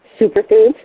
Superfoods